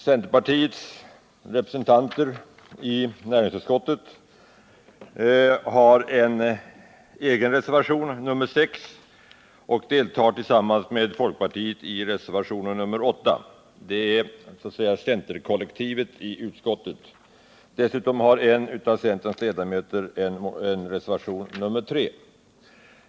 Centerpartiets representanter i näringsutskottet har en egen reservation, nr 6, och deltar tillsammans med folkpartiet i reservationen 8. Detta är så att säga centerkollektivet i utskottet. Dessutom har en av centerns ledamöter avgett reservationen 3.